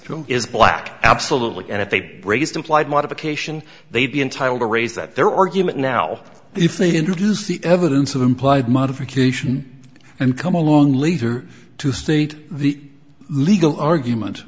is black absolutely and if they praised implied modification they'd be entitled to raise that their argument now if they introduce the evidence of implied modification and come along later to state the legal argument